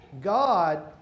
God